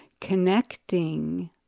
connecting